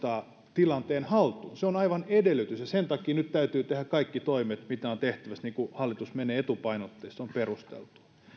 tilanteen haltuun se on aivan edellytys ja sen takia nyt täytyy tehdä kaikki toimet mitä on tehtävissä niin kuin hallitus menee etupainotteisesti se on perusteltua